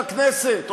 בכנסת,